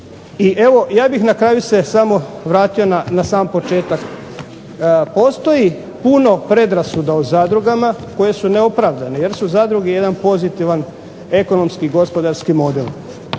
I evo ja bih na kraju se samo vratio na sam početak. Postoji puno predrasuda o zadrugama koje su neopravdane jer su zadruge jedan pozitivan ekonomski i gospodarski model.